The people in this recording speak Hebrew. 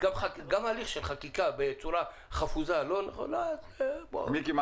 גם הליך של חקיקה בצורה חפוזה לא נכונה זה --- מיקי,